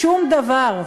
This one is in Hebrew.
שום דבר,